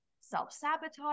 self-sabotage